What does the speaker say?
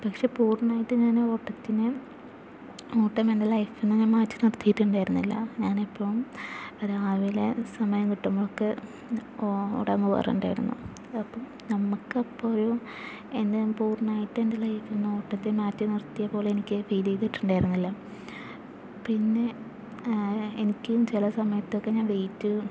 പക്ഷെ പൂർണ്ണമായിട്ട് ഞാൻ ഓട്ടത്തിന് ഓട്ടം എൻ്റെ ലൈഫിൽ നിന്ന് ഞാൻ മാറ്റി നിർത്തിയിട്ടുണ്ടായിരുന്നില്ല ഞാൻ ഇപ്പോൾ രാവിലെ സമയം കിട്ടുമ്പോഴൊക്കെ ഓടാൻ പോവാറുണ്ടായിരുന്നു അപ്പോൾ നമ്മക്കപ്പോൾ ഒരു എന്താ പൂർണ്ണമായിട്ട് എൻ്റെ ലൈഫിൽ നിന്ന് ഓട്ടത്തെ മാറ്റി നിർത്തിയ പോലെ എനിക്ക് ഫീൽ ചെയ്തിട്ടുണ്ടായിരുന്നില്ല പിന്നെ എനിക്കും ചില സമയത്തൊക്കെ ഞാൻ വെയ്റ്റ്